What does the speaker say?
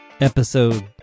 Episode